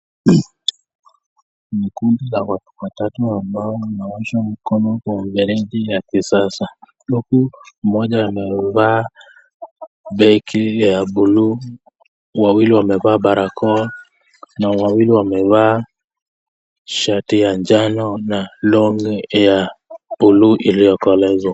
Ni kundi la watu watatu ambao wanaosha mikono kwenye fereji ya kisasa. Huku mmoja amevaa beki ya buluu, wawili wamevaa barakoa na wawili wamevaa shati ya njano na longi ya buluu iliyokolea.